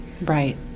Right